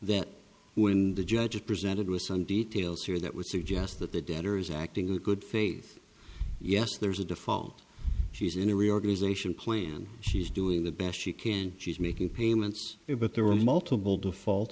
then when the judge is presented with some details here that would suggest that the debtor is acting in good faith yes there's a default she's in a reorganization plan she's doing the best she can she's making payments it but there were multiple default